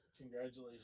Congratulations